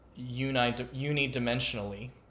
unidimensionally